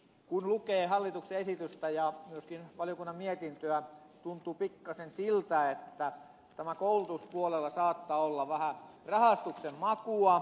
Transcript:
kun lukee hallituksen esitystä ja myöskin valiokunnan mietintöä tuntuu pikkasen siltä että tällä koulutuspuolella saattaa olla vähän rahastuksen makua